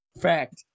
Fact